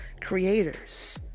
creators